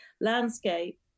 landscape